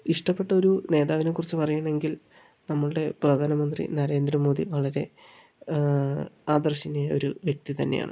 ഇഷ്ടപ്പെട്ട ഒരു നേതാവിനെക്കുറിച്ച് പറയുകയാണെങ്കിൽ നമ്മളുടെ പ്രധാനമന്ത്രി നരേന്ദ്ര മോദി വളരെ ആദർശനീയനായ ഒരു വ്യക്തി തന്നെയാണ്